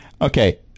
Okay